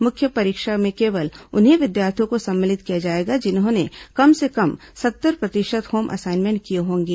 मुख्य परीक्षा में केवल उन्हीं विद्यार्थियों को सम्मिलित किया जाएगा जिन्होंने कम से कम सत्तर प्रतिशत होम असाइनमेंट किए होंगे